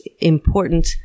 important